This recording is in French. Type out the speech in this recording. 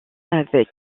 avec